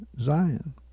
Zion